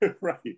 right